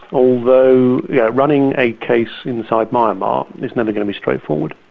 although yeah running a case inside myanmar is never going to be straightforward,